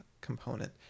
component